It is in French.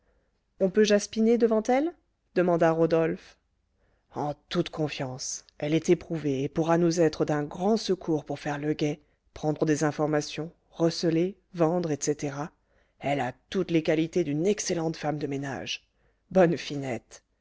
on peut jaspiner devant elle demanda rodolphe en toute confiance elle est éprouvée et pourra nous être d'un grand secours pour faire le guet prendre des informations receler vendre etc elle a toutes les qualités d'une excellente femme de ménage bonne finette